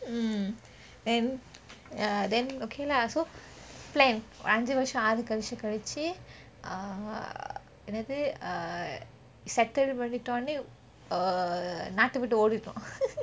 mm and ya then okay lah so plan ஒரு அஞ்சு வருஷம் கழிச்சி என்னது:oru anju varusham kazhichi ennathu settle பண்ணிடோனா நாட்ட விட்டு ஓடிரனும்:pannitonah naate vittu